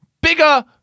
bigger